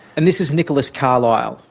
and this is nicholas carlile.